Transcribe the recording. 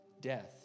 death